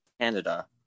canada